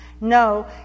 No